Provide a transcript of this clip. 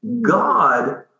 God